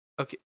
Okay